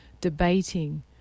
debating